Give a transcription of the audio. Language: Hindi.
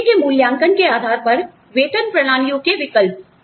नौकरी के मूल्यांकन के आधार पर वेतन प्रणालियों के विकल्प